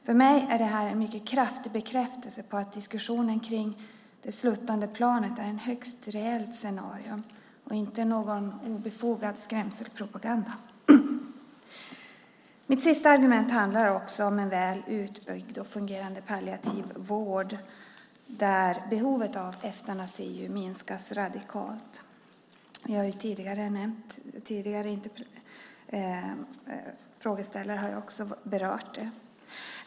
För mig är det en mycket kraftig bekräftelse på att diskussionen kring det sluttande planet är ett högst reellt scenario och inte någon obefogad skrämselpropaganda. Mitt sista argument handlar om en väl utbyggd och fungerade palliativ vård, där behovet av eutanasi minskas radikalt. Tidigare frågeställare har också berört det.